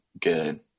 good